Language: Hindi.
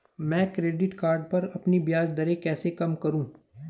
मैं क्रेडिट कार्ड पर अपनी ब्याज दरें कैसे कम करूँ?